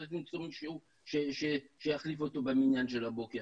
צריך למצוא מישהו שיחליף אותו במניין של הבוקר.